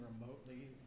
remotely